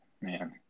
man